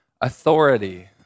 authority